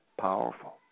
powerful